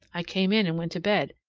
i came in and went to bed,